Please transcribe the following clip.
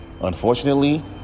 Unfortunately